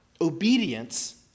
Obedience